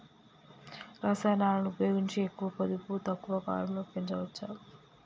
రసాయనాలను ఉపయోగించి ఎక్కువ పొడవు తక్కువ కాలంలో పెంచవచ్చా?